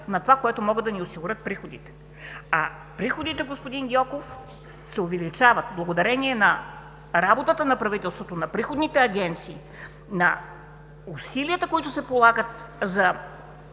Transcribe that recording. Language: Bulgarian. на онова, което могат да ни осигурят приходите. А приходите, господин Гьоков, се увеличават благодарение на работата на правителството, на приходните агенции, на усилията, които се полагат за